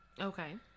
Okay